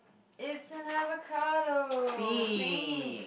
it's an avocado the thing